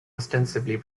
ostensibly